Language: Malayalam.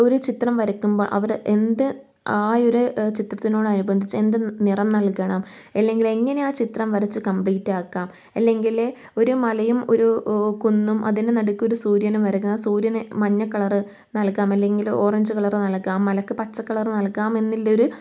ഒരു ചിത്രം വരക്കുമ്പോൾ അവര് എന്ത് ആ ഒര് ചിത്രത്തിനോടനുബന്ധിച്ച് എന്ത് നിറം നൽകണം അല്ലെങ്കിൽ എങ്ങനെ ആ ചിത്രം വരച്ച് കമ്പ്ലീറ്റാക്കാം അല്ലെങ്കില് ഒരു മലയും ഒരു കുന്നും അതിന് നടുക്ക് ഒരു സൂര്യനും വരക്ക ആ സൂര്യനെ മഞ്ഞക്കളറ് നൽകാം അല്ലെങ്കിൽ ഓറഞ്ച് കളറ് നൽകാം മലക്ക് പച്ചക്കളറ് നൽകാം എന്നിള്ളോര്